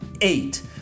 eight